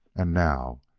and now,